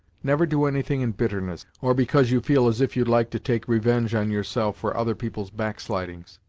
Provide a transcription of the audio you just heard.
never do anything in bitterness, or because you feel as if you'd like to take revenge on yourself for other people's backslidings.